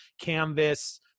Canvas